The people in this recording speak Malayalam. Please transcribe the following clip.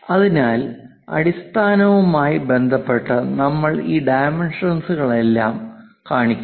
അതിനാൽ അടിസ്ഥാനവുമായി ബന്ധപ്പെട്ട് നമ്മൾ ഈ ഡൈമെൻഷൻസ്കളെല്ലാം കാണിക്കുന്നു